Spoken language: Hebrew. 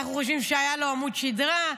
אנחנו חושבים שהיה לו עמוד שדרה,